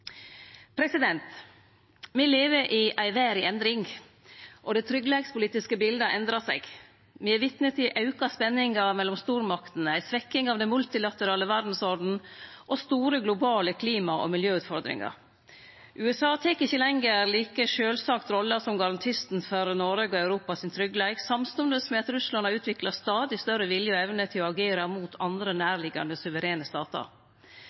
Me lever i ei verd i endring, og det tryggleikspolitiske biletet har endra seg. Me er vitne til auka spenningar mellom stormaktene, ei svekking av den multilaterale verdsordenen og store globale klima- og miljøutfordringar. USA tek ikkje lenger like sjølvsagt rolla som garantisten for tryggleiken til Noreg og Europa, samstundes med at Russland har utvikla stadig større vilje og evne til å agere mot andre nærliggjande suverene statar.